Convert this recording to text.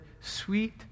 sweet